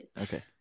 Okay